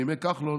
בימי כחלון